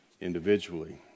individually